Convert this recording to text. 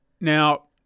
Now